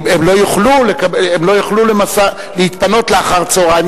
הן לא יוכלו להתפנות אחר-הצהריים,